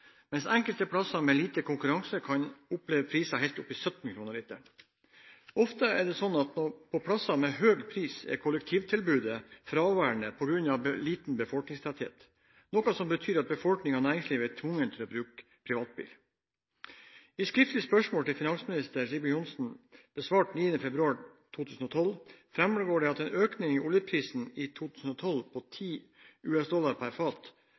mens en på enkelte plasser med lite konkurranse kan oppleve priser helt opp i 17 kr literen. Ofte er det sånn at på plasser med høy pris er kollektivtilbudet fraværende på grunn av liten befolkningstetthet, noe som betyr at befolkningen og næringslivet er tvunget til å bruke privatbil. I skriftlig spørsmål til finansminister Sigbjørn Johnsen, besvart 9. februar i 2012, framgår det at en økning i oljeprisen i 2012 på 10 USD per fat,